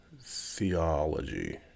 theology